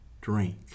Drink